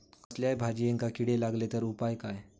कसल्याय भाजायेंका किडे लागले तर उपाय काय?